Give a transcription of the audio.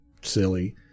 silly